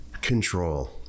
control